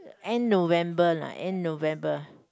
end November lah end November